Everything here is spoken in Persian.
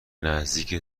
نزدیک